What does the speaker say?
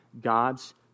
God's